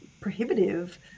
prohibitive